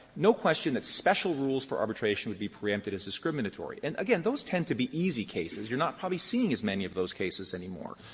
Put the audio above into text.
no question that special rules for arbitration would be preempted is discriminatory. and again, those tend to be easy cases. you're not probably seeing as many of those cases anymore.